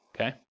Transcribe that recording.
okay